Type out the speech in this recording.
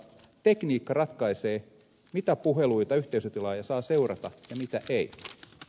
tekniikka ratkaisee mitä puheluita yhteisötilaaja saa seurata ja mitä ei